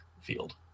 field